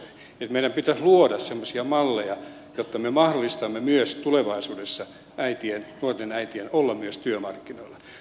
nyt meidän pitäisi luoda semmoisia malleja jotta me mahdollistamme tulevaisuudessa äitien nuorten äitien olemisen myös työmarkkinoilla